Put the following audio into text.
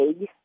egg